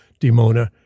Dimona